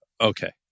okay